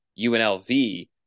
UNLV